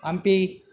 Hampi